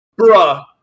Bruh